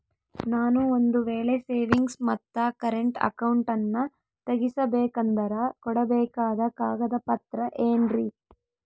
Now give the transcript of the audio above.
ನಾನು ಒಂದು ವೇಳೆ ಸೇವಿಂಗ್ಸ್ ಮತ್ತ ಕರೆಂಟ್ ಅಕೌಂಟನ್ನ ತೆಗಿಸಬೇಕಂದರ ಕೊಡಬೇಕಾದ ಕಾಗದ ಪತ್ರ ಏನ್ರಿ?